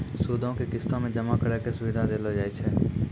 सूदो के किस्तो मे जमा करै के सुविधा देलो जाय छै